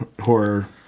horror